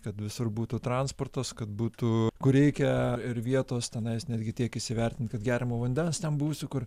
kad visur būtų transportas kad būtų kur reikia ir vietos tenais netgi tiek įsivertint kad geriamo vandens ten būsiu kur